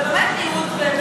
ובאמת מיעוט,